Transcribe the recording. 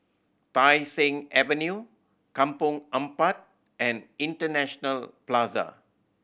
Tai Seng Avenue Kampong Ampat and International Plaza